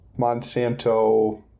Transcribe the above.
Monsanto